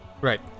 Right